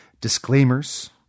disclaimers